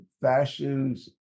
fashions